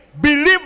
Believe